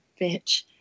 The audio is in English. bitch